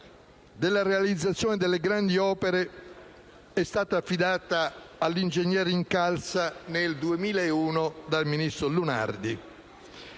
della realizzazione delle grandi opere pubbliche è stata affidata all'ingegner Incalza nel 2001 dal ministro Lunardi.